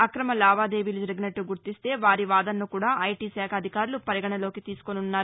అక్రమ లావాదేవీలు జరిగినట్లు గుర్తిస్తే వారి వాదనను కూడా ఐటీ శాఖ అధికారులు పరిగణనలోకి తీసుకోనున్నారు